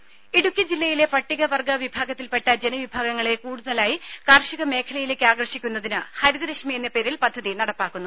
രും ഇടുക്കി ജില്ലയിലെ പട്ടികവർഗ വിഭാഗത്തിൽപ്പെട്ട ജനവിഭാഗങ്ങളെ കൂടുതലായി കാർഷിക മേഖലയിലേക്ക് ആകർഷിക്കുന്നതിന് ഹരിത രശ്മി എന്ന പേരിൽ പദ്ധതി നടപ്പാക്കുന്നു